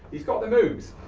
he's got the moves.